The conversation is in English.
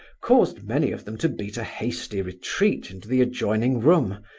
caused many of them to beat a hasty retreat into the adjoining room,